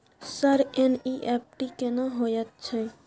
Sir NEFT केना होयत छै?